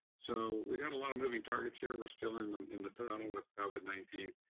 so we got a lot of moving targets here, we're still in the in the tunnel with covid nineteen,